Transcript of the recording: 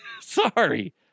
Sorry